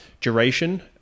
duration